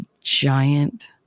giant